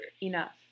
Enough